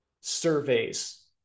surveys